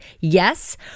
Yes